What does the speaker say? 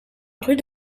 rue